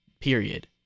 period